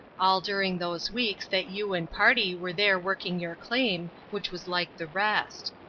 all during those weeks that you and party were there working your claim which was like the rest.